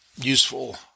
useful